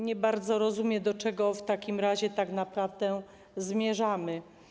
Nie bardzo rozumiem, do czego w takim razie tak naprawdę zmierzamy.